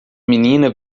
menina